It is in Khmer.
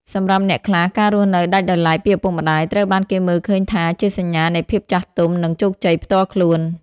សម្រាប់អ្នកខ្លះ ការរស់នៅដាច់ដោយឡែកពីឪពុកម្តាយ ត្រូវបានគេមើលឃើញថាជាសញ្ញានៃភាពចាស់ទុំ និងជោគជ័យផ្ទាល់ខ្លួន។